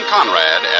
Conrad